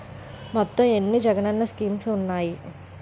మొత్తం ఎన్ని జగనన్న స్కీమ్స్ ఉన్నాయి?